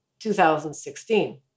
2016